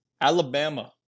Alabama